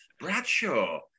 Bradshaw